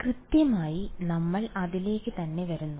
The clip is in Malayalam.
കൃത്യമായി നമ്മൾ അതിലേക്ക് തന്നെ വരുന്നു